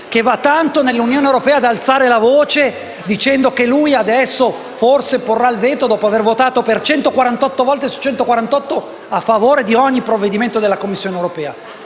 che va in Europa ad alzare la voce dicendo che forse porrà il veto dopo aver votato per 148 volte su 148 a favore di ogni provvedimento della Commissione europea,